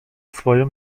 swoją